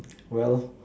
well